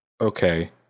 okay